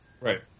Right